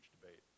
debate